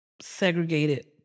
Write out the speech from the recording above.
segregated